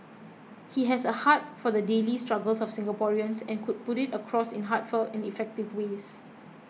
he has a heart for the daily struggles of Singaporeans and could put it across in heartfelt and effective ways